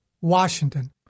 Washington